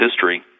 history